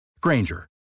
Granger